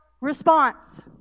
response